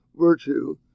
virtue